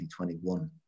2021